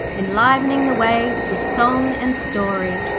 enlivening the way with song and story.